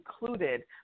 included